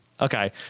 Okay